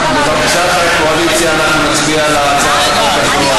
בבקשה, חברי הקואליציה, אנחנו נצביע על הצעת החוק.